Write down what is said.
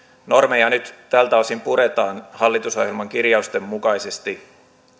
normeja nyt tältä osin puretaan hallitusohjelman kirjausten mukaisesti